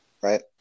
right